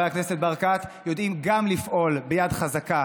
גם יודעים לפעול ביד חזקה